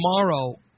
tomorrow